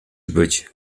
być